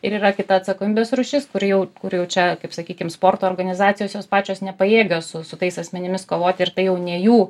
ir yra kita atsakomybės rūšis kuri jau kur jau čia kaip sakykim sporto organizacijos jos pačios nepajėgios su su tais asmenimis kovoti ir tai jau ne jų